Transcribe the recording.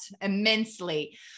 immensely